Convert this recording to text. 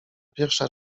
pierwsza